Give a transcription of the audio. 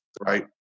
right